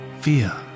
fear